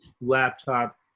laptop